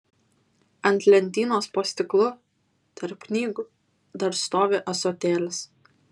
ant lentynos po stiklu tarp knygų dar stovi ąsotėlis